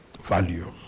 Value